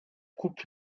coupe